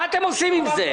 מה אתם עושים עם זה?